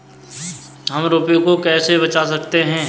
हम रुपये को कैसे बचा सकते हैं?